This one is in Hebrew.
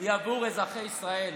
היא עבור אזרחי ישראל.